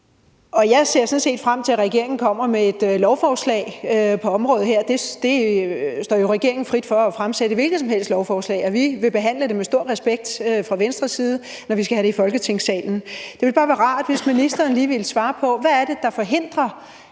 Jeg ser sådan set frem til, at regeringen kommer med et lovforslag på området her. Det står jo regeringen frit for at fremsætte et hvilket som helst lovforslag, og vi vil behandle det med stor respekt fra Venstres side, når vi skal have det i Folketingssalen. Det ville bare være rart, hvis ministeren lige ville svare på, hvad det er, der forhindrer,